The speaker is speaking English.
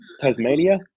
Tasmania